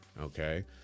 Okay